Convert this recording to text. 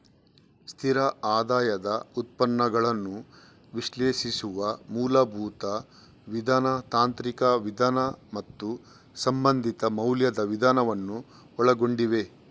ಸ್ಥಿರ ಆದಾಯದ ಉತ್ಪನ್ನಗಳನ್ನು ವಿಶ್ಲೇಷಿಸುವ ಮೂಲಭೂತ ವಿಧಾನ, ತಾಂತ್ರಿಕ ವಿಧಾನ ಮತ್ತು ಸಂಬಂಧಿತ ಮೌಲ್ಯದ ವಿಧಾನವನ್ನು ಒಳಗೊಂಡಿವೆ